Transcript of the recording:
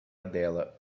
dela